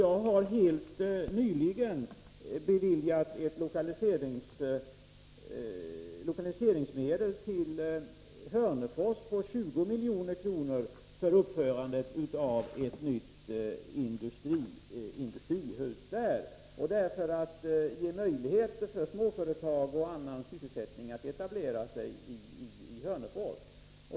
Jag har helt nyligen beviljat lokaliseringsmedel till Hörnefors på 20 milj.kr. för uppförande av ett nytt industrihus där småföretag och andra skall ges möjligheter att etablera sig.